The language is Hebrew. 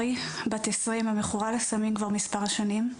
בת עשרים המכורה לסמים כבר מספר שנים.